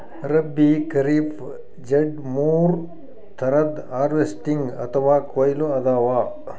ರಬ್ಬೀ, ಖರೀಫ್, ಝೆಡ್ ಮೂರ್ ಥರದ್ ಹಾರ್ವೆಸ್ಟಿಂಗ್ ಅಥವಾ ಕೊಯ್ಲಿ ಅದಾವ